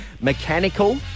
mechanical